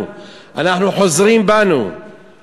שמבין שאנחנו צריכים להיות מדינה